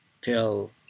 till